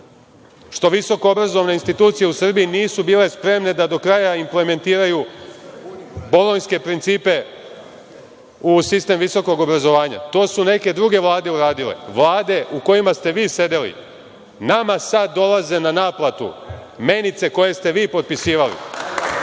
što visokobrazovne institucije u Srbiji nisu bile spremne da do kraja implementiraju bolonjske principe u sistem visokog obrazovanja. To su neke druge vlade uradile, vlade u kojima ste vi sedeli. Nama sad dolaze na naplatu menice koje ste vi potpisivali